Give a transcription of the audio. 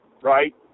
right